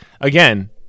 again